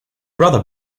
rather